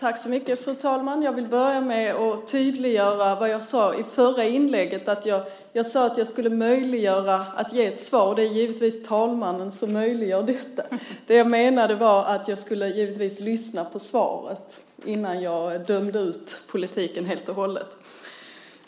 Fru talman! Jag vill börja med att tydliggöra vad jag sade i förra inlägget. Jag sade att jag skulle möjliggöra för statsrådet att ge ett svar. Det är givetvis talmannen som möjliggör detta. Det jag menade var att jag givetvis skulle lyssna på svaret innan jag dömde ut politiken helt och hållet.